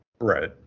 Right